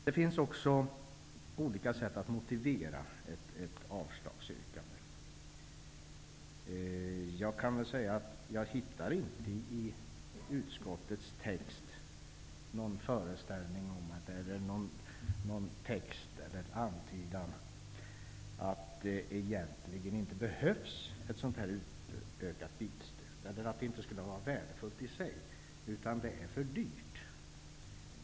Det finns också olika sätt att motivera ett avslagsyrkande. Jag hittar inte i utskottets text någon antydan om att ett utökat bilstöd inte behövs eller att det inte i sig skulle vara värdefullt, utan det är för dyrt.